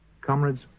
Comrades